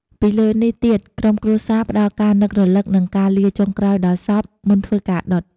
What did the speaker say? ពីលើនេះទៀតក្រុមគ្រួសារផ្ដល់ការនឹករលឹកនិងការលាចុងក្រោយដល់សព មុនធ្វើការដុត។